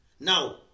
Now